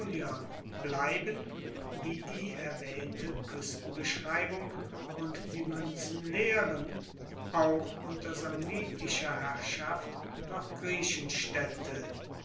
blieben wie die erwaehnte kuestenbeschreibung und die muenzen lehren auch unter samnitischer herrschaft noch griechenstaedte